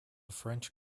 french